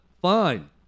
Fine